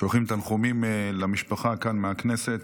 שולחים תנחומים למשפחה מכאן, מהכנסת,